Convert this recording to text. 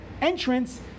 Entrance